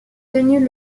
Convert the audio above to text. tenue